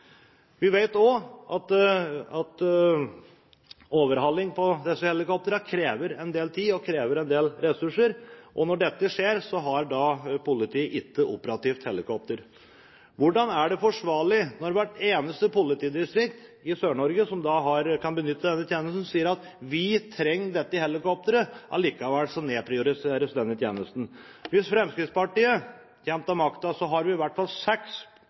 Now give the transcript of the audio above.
Vi vet også at overhaling på disse helikoptrene krever en del tid og krever en del ressurser, og når dette skjer, har ikke politiet operativt helikopter. Hvordan er dette forsvarlig når hvert eneste politidistrikt i Sør-Norge som kan benytte denne tjenesten, sier: Vi trenger dette helikopteret. Allikevel nedprioriteres denne tjenesten. Hvis Fremskrittspartiet kommer til makten, har vi i hvert fall seks